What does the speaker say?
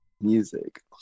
music